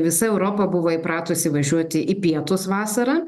visa europa buvo įpratusi važiuoti į pietus vasarą